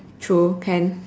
true can